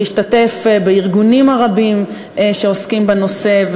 להשתתף בדיוני הארגונים הרבים שעוסקים בנושא,